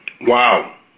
Wow